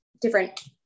different